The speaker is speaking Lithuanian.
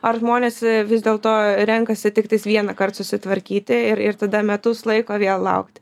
ar žmonės vis dėlto renkasi tiktais vienąkart susitvarkyti ir ir tada metus laiko vėl laukt